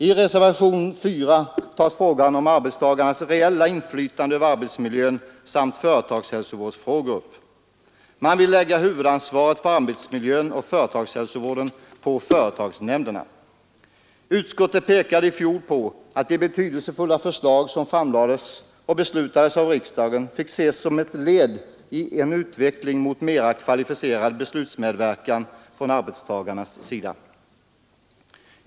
I reservationen 4 tas frågan om arbetstagarnas reella inflytande över arbetsmiljön samt företagshälsovårdsfrågor upp. Man vill lägga huvudansvaret för arbetsmiljön och företagshälsovården på företagsnämnderna. Utskottet pekade i fjol på att de betydelsefulla förslag som då framlades och beslutades av riksdagen fick ses som ett led i en utveckling mot mera kvalificerad beslutsmedverkan från arbetstagarnas sida.